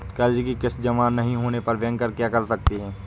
कर्ज कि किश्त जमा नहीं होने पर बैंकर क्या कर सकते हैं?